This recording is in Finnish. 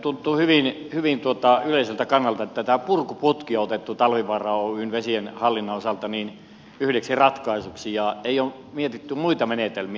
tuntuu hyvin yleiseltä kannalta että tämä purkuputki on otettu talvivaara oyn vesien hallinnan osalta yhdeksi ratkaisuksi eikä ole mietitty muita menetelmiä